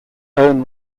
own